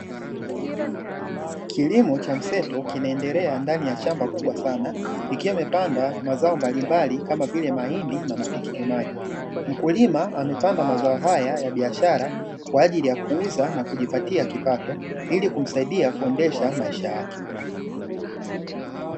Kilimo cha mseto kinaendelea ndani ya shamba kubwa sana ikiwa imepandwa mazao mbalimbali kama vile mahindi na matikitimaji, mkulima amepanda mazao haya ya biashara kwaajili ya kuuza na kujipatia kipato ili kumsaidia kuendesha maisha yake.